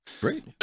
great